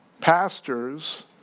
pastors